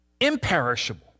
imperishable